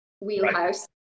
wheelhouse